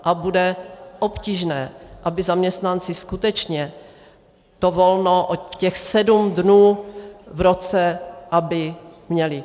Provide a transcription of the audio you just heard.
A bude obtížné, aby zaměstnanci skutečně to volno těch sedm dnů v roce měli.